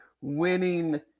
winning